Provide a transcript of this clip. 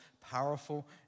powerful